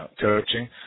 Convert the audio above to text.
coaching